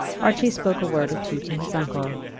archie spoke a word or two to his uncle,